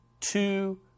two